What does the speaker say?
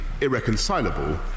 irreconcilable